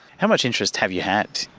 how much interest have you had?